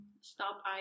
stop